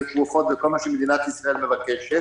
לתרופות ולכל מה שמדינת ישראל מבקשת.